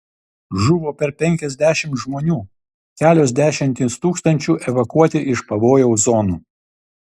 žuvo per penkiasdešimt žmonių kelios dešimtys tūkstančių evakuoti iš pavojaus zonų